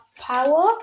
power